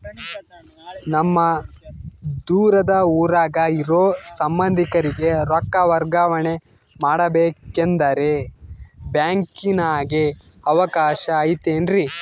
ನಮ್ಮ ದೂರದ ಊರಾಗ ಇರೋ ಸಂಬಂಧಿಕರಿಗೆ ರೊಕ್ಕ ವರ್ಗಾವಣೆ ಮಾಡಬೇಕೆಂದರೆ ಬ್ಯಾಂಕಿನಾಗೆ ಅವಕಾಶ ಐತೇನ್ರಿ?